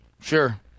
Sure